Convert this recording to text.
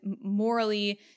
morally